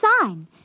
sign